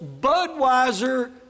Budweiser